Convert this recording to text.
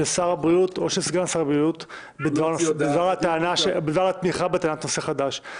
שר הבריאות או של סגן שר הבריאות בדבר התמיכה בטענת נושא חדש.